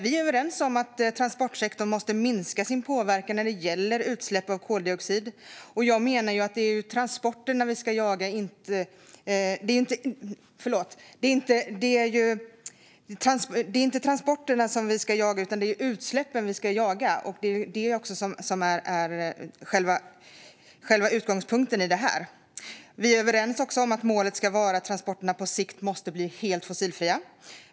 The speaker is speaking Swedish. Vi är överens om att transportsektorn måste minska sin påverkan när det gäller utsläpp av koldioxid. Jag menar att ju att det inte är transporterna vi ska jaga utan utsläppen. Det är detta som är själva utgångspunkten här. Vi är överens om att målet ska vara att transporterna på sikt ska bli helt fossilfria.